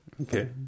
Okay